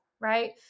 right